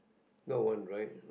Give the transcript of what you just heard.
third one right